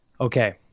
Okay